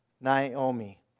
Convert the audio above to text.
Naomi